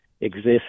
exists